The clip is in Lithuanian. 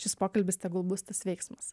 šis pokalbis tegul bus tas veiksmas